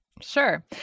Sure